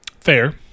fair